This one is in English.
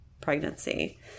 pregnancy